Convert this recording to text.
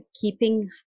keeping